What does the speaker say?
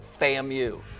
FAMU